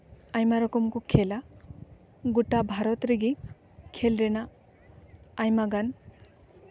ᱟᱭᱢᱟ ᱨᱚᱠᱚᱢ ᱠᱚ ᱠᱷᱮᱞᱟ ᱜᱚᱴᱟ ᱵᱷᱟᱨᱚᱛ ᱨᱮᱜᱮ ᱠᱷᱮᱞ ᱨᱮᱱᱟᱜ ᱟᱭᱢᱟᱜᱟᱱ